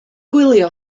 gwylio